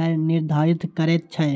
कर निर्धारित करैत छै